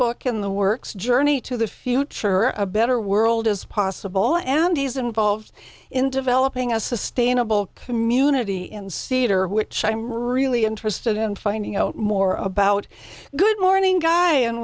book in the works journey to the future of a better world is possible and he's involved in developing a sustainable community in cedar which i'm really interested in finding out more about good morning guy